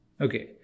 okay